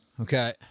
Okay